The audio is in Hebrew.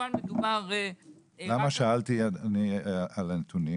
--- שאלתי על הנתונים